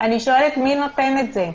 מי נותן את זה?